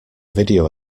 video